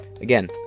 Again